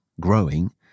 growing